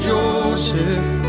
Joseph